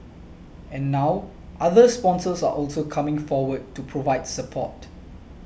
and now other sponsors are also coming forward to provide support